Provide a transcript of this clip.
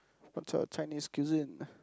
what type of Chinese cuisine